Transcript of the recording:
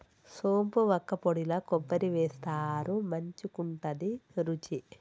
సోంపు వక్కపొడిల కొబ్బరి వేస్తారు మంచికుంటది రుచి